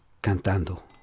cantando